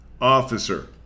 officer